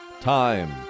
Time